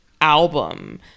album